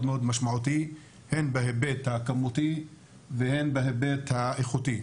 משמעותי הן בהיבט הכמותי והן בהיבט האיכותי.